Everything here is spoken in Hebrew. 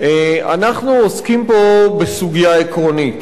אנחנו עוסקים פה בסוגיה עקרונית,